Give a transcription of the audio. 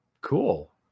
Cool